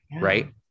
right